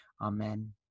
Amen